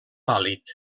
pàl·lid